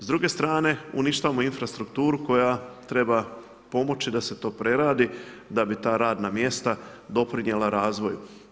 S druge strane uništavamo infrastrukturu koja treba pomoći da se to preradi da bi ta radna mjesta doprinijela razvoju.